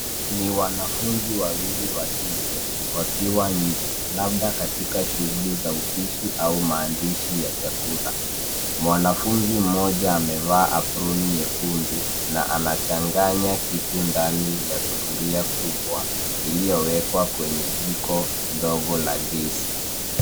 Ni wanafunzi wawili wa kike wakiwa nje labda katika shughuli za upishi au maandishi ya chakula. Mwanafunzi mmoja amevaa aproni nyekundu na anachanganya kitu ndani ya sufuria kubwa iliyo wekwa kwenye jiko dogo la gesi.